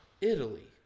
Italy